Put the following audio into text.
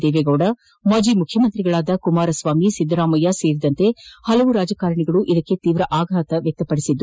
ದೇವೇಗೌದ ಮಾಜಿ ಮುಖ್ಯಮಂತ್ರಿಗಳಾದ ಕುಮಾರಸ್ವಾಮಿ ಸಿದ್ದರಾಮಯ್ಯ ಸೇರಿದಂತೆ ಹಲವು ರಾಜಕಾರಣಿಗಳು ತೀವ್ರ ಸಂತಾಪ ವ್ಯಕ್ತಪಡಿಸಿದ್ದಾರೆ